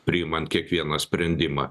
priimant kiekvieną sprendimą